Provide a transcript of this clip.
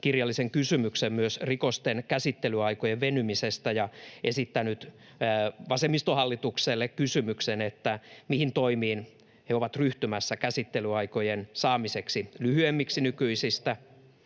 kirjallisen kysymyksen myös rikosten käsittelyaikojen venymisestä ja esittänyt vasemmistohallitukselle kysymyksen, mihin toimiin he ovat ryhtymässä käsittelyaikojen saamiseksi nykyistä